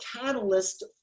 catalyst